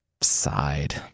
sighed